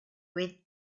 with